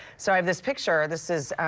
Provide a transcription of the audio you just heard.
so i have this picture, this is